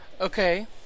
Okay